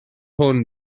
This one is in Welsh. hwn